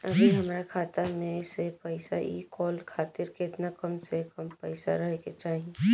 अभीहमरा खाता मे से पैसा इ कॉल खातिर केतना कम से कम पैसा रहे के चाही?